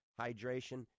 hydration